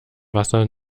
wasser